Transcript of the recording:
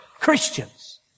Christians